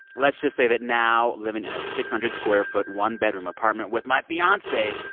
let's just say that now, living in a six hundred square foot one-bedroom apartment with my fiance,